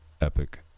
epic